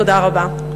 תודה רבה.